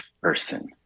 person